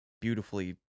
beautifully